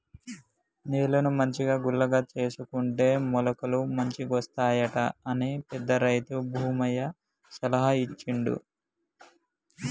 నేలను మంచిగా గుల్లగా చేసుకుంటే మొలకలు మంచిగొస్తాయట అని పెద్ద రైతు భూమయ్య సలహా ఇచ్చిండు